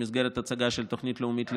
במסגרת הצגה של תוכנית לאומית לדיור,